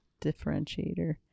differentiator